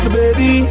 baby